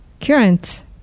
current